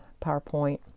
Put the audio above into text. PowerPoint